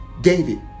David